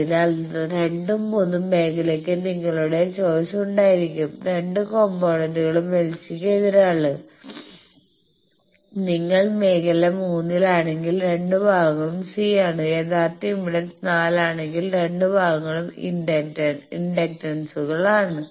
അതിനാൽ ഒന്നും രണ്ടും മേഖലകൾക്ക് നിങ്ങളുടെ ചോയ്സ് ഉണ്ടായിരിക്കും രണ്ട് കമ്പോണെന്റുകളും LC ക്ക് എതിരാണ് നിങ്ങൾ മേഖല 3 ലാണെങ്കിൽ രണ്ട് ഭാഗങ്ങളും C ആണ് യഥാർത്ഥ ഇംപെഡൻസ് 4 ആണെങ്കിൽ രണ്ട് ഭാഗങ്ങളും ഇൻഡക്ടൻസുകളാണ്